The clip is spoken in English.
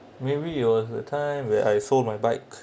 maybe it was the time where I sold my bike